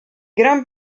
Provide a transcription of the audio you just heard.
gran